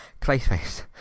Clayface